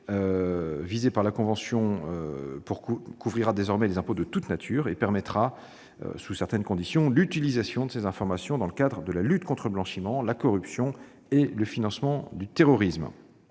visés par la convention, couvrira désormais les impôts de toute nature. Sous certaines conditions, l'utilisation de ces informations sera permise dans le cadre de la lutte contre le blanchiment, la corruption et le financement du terrorisme.